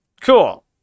Cool